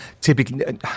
typically